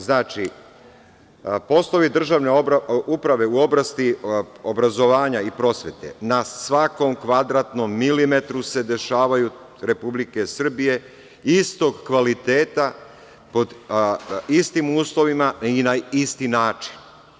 Znači, poslovi državne uprave u oblasti obrazovanja i prosvete se dešavaju na svakom kvadratnom milimetru Republike Srbije istog kvaliteta, pod istim uslovima i na isti način.